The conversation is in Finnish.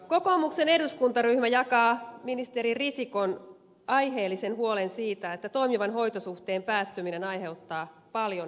kokoomuksen eduskuntaryhmä jakaa ministeri risikon aiheellisen huolen siitä että toimivan hoitosuhteen päättyminen aiheuttaa paljon epävarmuutta